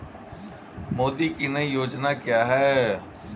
मोदी की नई योजना क्या है?